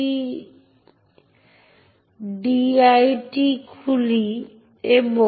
একটি নেটওয়ার্ক সকেটে অনুমোদিত ক্রিয়াকলাপগুলি হল ডেটা সংযোগ করা শোনা প্রেরণ এবং গ্রহণ করা